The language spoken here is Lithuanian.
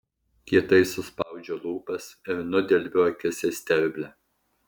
kietai suspaudžiu lūpas ir nudelbiu akis į sterblę